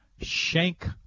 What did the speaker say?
Shank